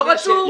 לא רצו.